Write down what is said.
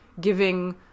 giving